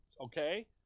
okay